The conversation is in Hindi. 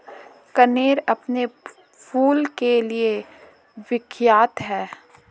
कनेर अपने फूल के लिए विख्यात है